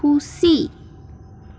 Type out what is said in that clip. ᱠᱷᱩᱥᱤ